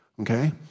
Okay